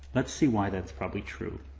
let's see why that's probably true.